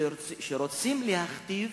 שהם רוצים להכתיב